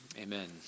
Amen